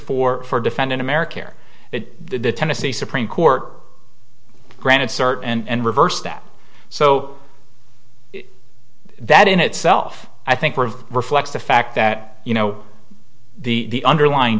for for defending america air that the tennessee supreme court granted cert and reversed that so that in itself i think were reflects the fact that you know the underlying